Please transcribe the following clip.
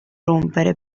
rompere